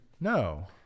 No